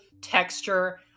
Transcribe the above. texture